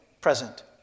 present